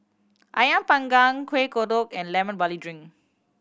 Ayam Panggang Kueh Kodok and Lemon Barley Drink